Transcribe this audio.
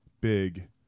big